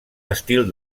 estil